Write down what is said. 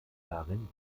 darin